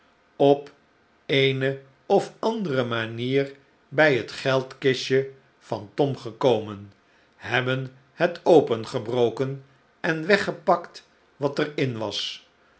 op eene of andere manier bij het geldkistje van tom gekomen hebben het opengebroken en weggepakt wat er in was